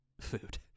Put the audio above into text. food